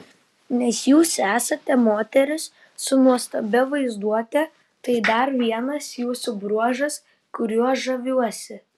nes jūs esate moteris su nuostabia vaizduote tai dar vienas jūsų bruožas kuriuo žaviuosi